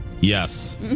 Yes